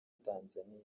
tanzaniya